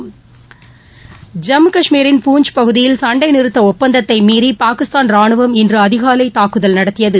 ஐம்மு கஷ்மீரின் பூஞ்ச் பகுதியில் சண்டை நிறுத்த ஒப்பந்தத்தை மீறி பாகிஸ்தான் ரானுவம் இன்று அதிகாலை தாக்குதல் நடத்தியது